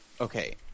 okay